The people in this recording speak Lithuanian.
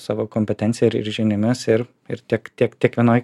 savo kompetencija ir ir žiniomis ir ir tiek tiek tiek vienoj